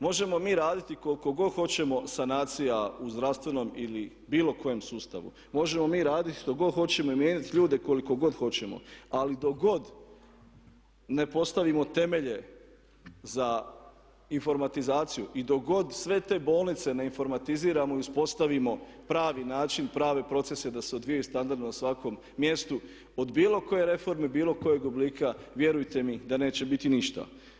Možemo mi raditi koliko god hoćemo sanacija u zdravstvenom ili bilo kojem sustavu, možemo mi raditi što god hoćemo i mijenjati ljude koliko god hoćemo ali dok god ne postavimo temelje za informatizaciju i dok god sve te bolnice ne informatiziramo i uspostavimo pravi način, prave procese da se odvijaju standardno na svakom mjestu od bilo koje reforme, bilo kojeg oblika vjerujte mi da neće biti ništa.